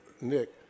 Nick